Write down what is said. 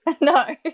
No